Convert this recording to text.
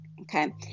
okay